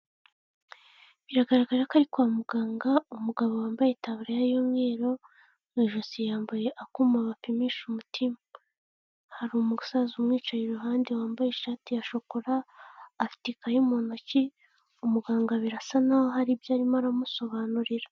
Biragaragara ko ari kwa muganga umugabo wambaye itabuya y'umweru mu ijosi yambaye akuma bapimisha umutima, hari umusaza wicaye iruhande wambaye ishati ya shokora afiteti ikayi mu ntoki umuganga birasa naho hari ibyo arimo aramusobanurira.